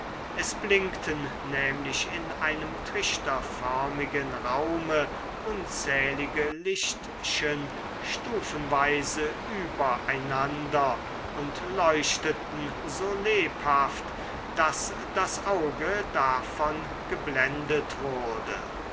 es blinkten nämlich in einem trichterförmigen raume unzählige lichtchen stufenweise über einander und leuchteten so lebhaft daß das auge davon geblendet wurde